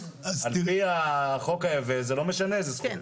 על-פי החוק היבש, זה לא משנה איזה סכומים.